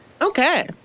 Okay